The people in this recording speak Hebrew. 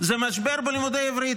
זה משבר בלימודי עברית.